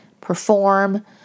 perform